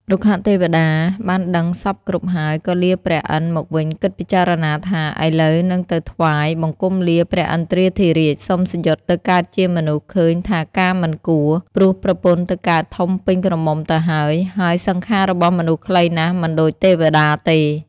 រុក្ខទេវតាបានដឹងសព្វគ្រប់ហើយ ក៏លាព្រះឥន្ធមកវិញគិតពិចារណាថា “ឥឡូវនឹងទៅថ្វាយ បង្គំលាព្រះឥន្ទ្រាធិរាជសុំច្យុតទៅកើតជាមនុស្សឃើញថាការមិនគួរ ព្រោះប្រពន្ធទៅកើតធំពេញក្រមុំទៅហើយ ហើយ សង្ខាររបស់មនុស្សខ្លីណាស់មិនដូចទេវតាទេ ”។